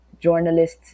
journalists